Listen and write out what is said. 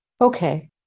Okay